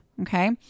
Okay